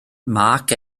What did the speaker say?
mark